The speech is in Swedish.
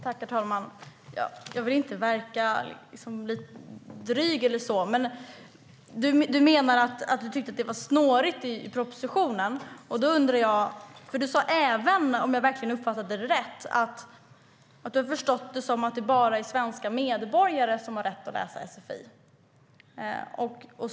Herr talman! Jag vill inte verka dryg eller så, men Robert Stenkvist menar att det var snårigt i propositionen. Han sa även, om jag uppfattade honom rätt, att han förstått det som att det bara är svenska medborgare som har rätt att läsa sfi.